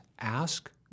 Ask